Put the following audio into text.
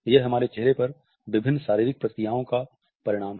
यह हमारे चेहरे पर विभिन्न शारीरिक प्रतिक्रियाओं का परिणाम है